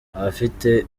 abafite